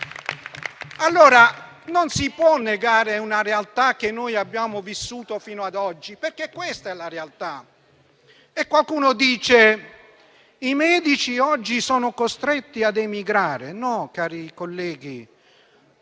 Non si può negare una realtà che abbiamo vissuto fino ad oggi, perché questa è la realtà. Qualcuno dice che i medici oggi sono costretti ad emigrare. No, cari colleghi: